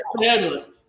Fabulous